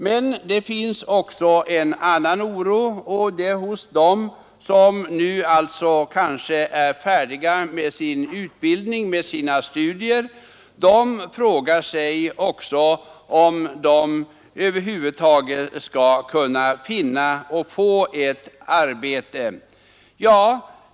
Men det finns också en annan oro — oron hos dem som nu är färdiga med sin utbildning. De frågar sig om de över huvud taget skall kunna få ett arbete.